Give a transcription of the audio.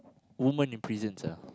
women in prisons ah